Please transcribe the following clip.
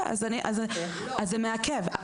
אז זה מעכב.